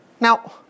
Now